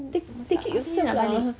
take take it yourself lah